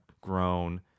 grown